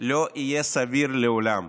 וזה לא יהיה סביר לעולם.